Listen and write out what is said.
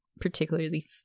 particularly